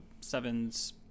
sevens